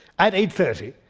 at eight thirty,